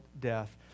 death